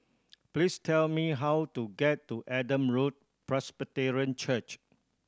please tell me how to get to Adam Road Presbyterian Church